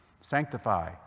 Sanctify